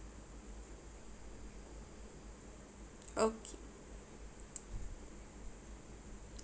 okay